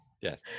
yes